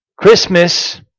Christmas